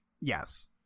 Yes